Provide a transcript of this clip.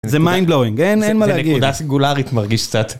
זה mind blowing, אין מה להגיד, זה נקודה סינגולרית מרגיש קצת.